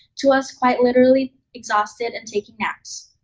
to us quite literally exhausted and taking naps.